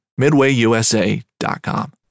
MidwayUSA.com